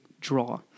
draw